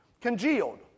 Congealed